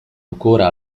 ancora